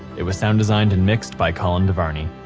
it was sound designed and mixed by colin devarney